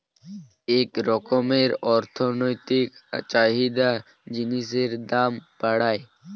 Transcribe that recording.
এক রকমের অর্থনৈতিক চাহিদা জিনিসের দাম বাড়ায়